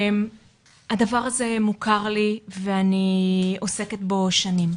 הדבר הזה מוכר לי ואני עוסקת בו שנים.